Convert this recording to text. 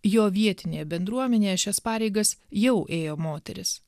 jo vietinėje bendruomenėje šias pareigas jau ėjo moteris